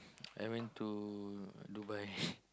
I went to Dubai